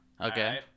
Okay